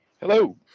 Hello